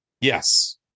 Yes